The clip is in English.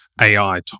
AI